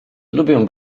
lubię